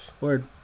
Word